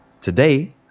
Today